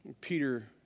Peter